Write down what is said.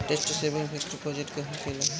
Tax saving fix deposit का होखे ला?